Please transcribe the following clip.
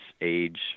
age